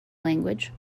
language